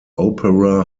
opera